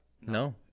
No